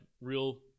real